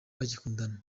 bagikundana